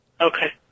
Okay